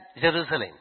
Jerusalem